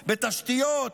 בתשתיות,